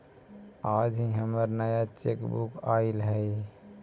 आज ही हमर नया चेकबुक आइल हई